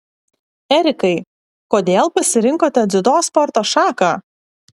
erikai kodėl pasirinkote dziudo sporto šaką